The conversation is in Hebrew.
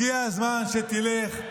הגיע הזמן שתלך,